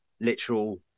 literal